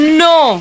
no